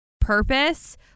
purpose